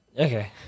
Okay